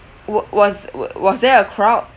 wa~ was was there a crowd